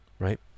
right